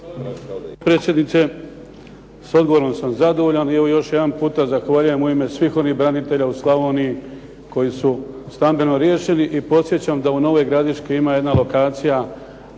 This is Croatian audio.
potpredsjednice, s odgovorom sam zadovoljan. I evo još jedan put zahvaljujem u ime svih onih branitelja u Slavoniji koji su stambeno riješeni i podsjećam da u Novoj Gradiški ima jedna lokacija,